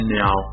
now